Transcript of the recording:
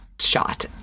shot